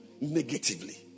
negatively